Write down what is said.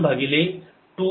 33 1